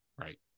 Right